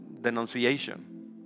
denunciation